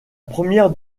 première